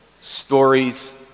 Stories